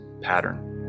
pattern